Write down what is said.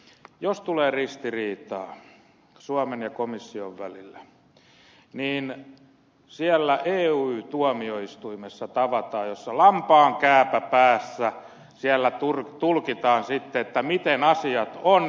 jos tulee ristiriitaa suomen ja komission välillä niin siellä ey tuomioistuimessa tavataan missä lampaankääpä päässä tulkitaan sitten miten asiat ovat